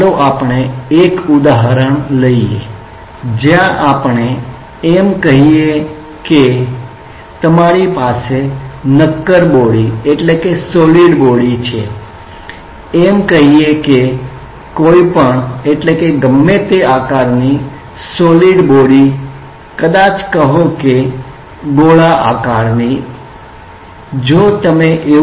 ચાલો આપણે એક ઉદાહરણ લઈએ જ્યાં આપણે એમ કહીએ કે તમારી પાસે નક્કર બોડી છે એમ કહીએ કે કોઇપણ આકારની નક્કર બોડી કદાચ કહો કે ગોળાકાર જેવી